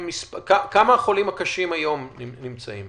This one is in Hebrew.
כמה חולים קשים היום נמצאים?